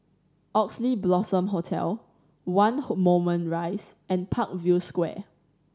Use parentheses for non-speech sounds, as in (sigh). Oxley Blossom Hotel One (unintelligible) Moulmein Rise and Parkview Square